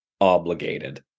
obligated